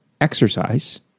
exercise